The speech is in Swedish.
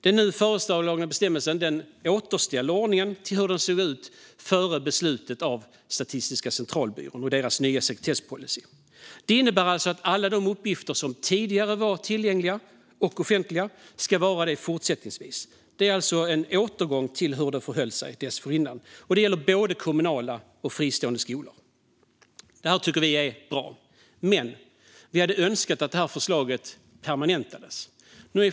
Den nu föreslagna bestämmelsen återställer ordningen till hur det såg ut före Statistiska centralbyråns beslut om den nya sekretesspolicyn. Det innebär att alla uppgifter som tidigare var tillgängliga och offentliga ska fortsätta att vara det. Det är en återgång till hur det förhöll sig tidigare. Och det gäller både kommunala och fristående skolor. Vi tycker att det här är bra, men vi skulle önska att förslaget permanentas.